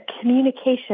communication